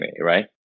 right